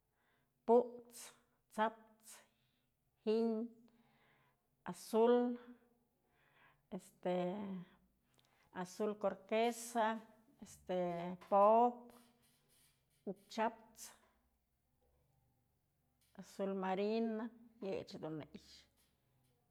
Put's, sap's, giñ, azul, este azul turquesa, este pop'pë, ukchyaps, azul marino, yëyëch dun në i'ixë.